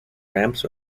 ramps